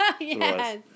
Yes